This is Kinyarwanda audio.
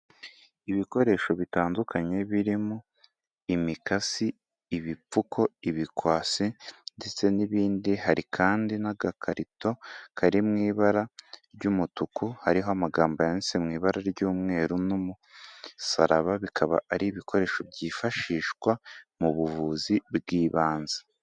Ibikoresho bitandukanye birimo, imikasi, ibipfuko, ibikwasi ndetse n'ibindi, hari kandi n'agakarito kari mu ibara ry'umutuku, hariho amagambo yanditse mu ibara ry'umweru n'umusaraba, bikaba ari ibikoresho byifashishwa mu buvuzi bw'ibanze.